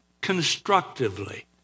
constructively